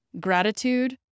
gratitude